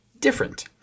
different